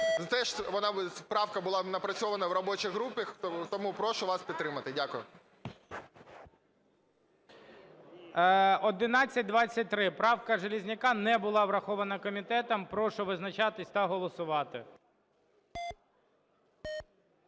Теж правка була напрацьована в робочих групах, тому прошу вас підтримати. Дякую. ГОЛОВУЮЧИЙ. 1123 правка Железняка не була врахована комітетом. Прошу визначатися та голосувати.